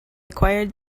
acquired